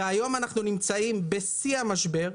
היום אנחנו נמצאים בשיא המשבר,